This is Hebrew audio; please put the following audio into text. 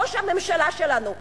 ראש הממשלה שלנו,